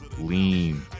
lean